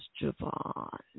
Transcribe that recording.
Javon